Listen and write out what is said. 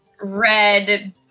red